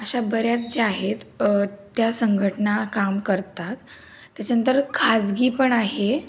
अशा बऱ्याच ज्या आहेत त्या संघटना काम करतात त्याच्यानंतर खाजगी पण आहे